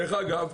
דרך אגב,